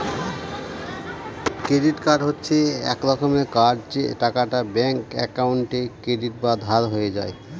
credit card হচ্ছে এক রকমের কার্ড যে টাকাটা ব্যাঙ্ক একাউন্টে ক্রেডিট বা ধার হয়ে যায়